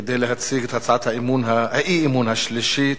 כדי להציג את הצעת האי-אמון השלישית,